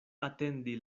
atendi